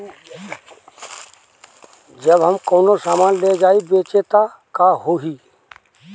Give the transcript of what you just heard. जब हम कौनो सामान ले जाई बेचे त का होही?